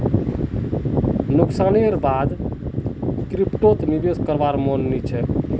नुकसानेर बा द क्रिप्टोत निवेश करवार मन नइ छ